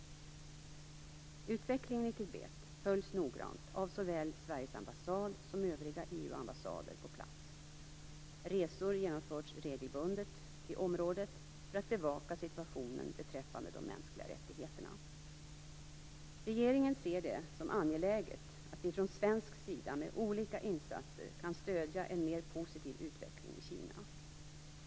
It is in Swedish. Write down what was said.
Utvecklingen i Tibet följs noggrant av såväl Sveriges ambassad som övriga EU-ambassader på plats. Resor genomförs regelbundet till området för att bevaka situationen beträffande de mänskliga rättigheterna. Regeringen ser det som angeläget att vi från svensk sida med olika insatser kan stödja en mer positiv utveckling i Kina.